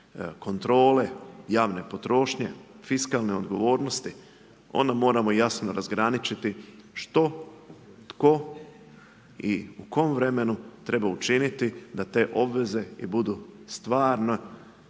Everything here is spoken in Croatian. kontrole, javne potrošnje, fiskalne odgovornosti, onda moramo jasno razgraničiti, što tko i u kojem vremenu treba učiniti, da te obveze budu stvarno